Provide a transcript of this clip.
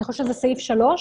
אני חושבת סעיף 3,